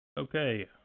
Okay